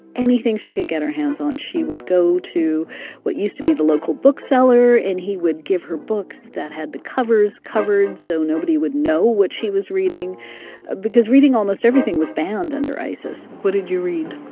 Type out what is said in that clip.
anything she could get her hands on. she would go to what used to be the local bookseller. and he would give her books that had the covers covered, so nobody would know what she was reading because reading almost everything was banned under isis what did you read?